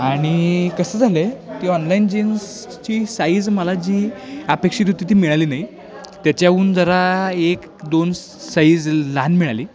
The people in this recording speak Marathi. आणि कसं झालं आहे की ऑनलाईन जीन्सची साईज मला जी अपेक्षित होती ती मिळाली नाही त्याच्याहून जरा एक दोन साईज लहान मिळाली